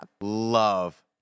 love